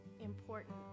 important